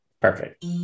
perfect